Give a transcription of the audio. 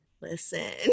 listen